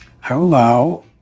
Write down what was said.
hello